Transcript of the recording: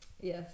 Yes